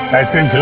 ice cream.